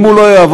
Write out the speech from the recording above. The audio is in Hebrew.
אם הוא לא יעבוד,